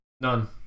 None